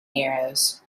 arrows